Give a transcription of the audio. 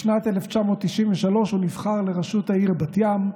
בשנת 1993 הוא נבחר לראשות העיר בת ים,